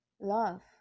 Love